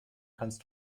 kannst